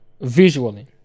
visually